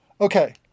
Okay